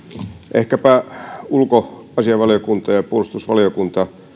ehkäpä ulkoasiainvaliokunta ja puolustusvaliokunta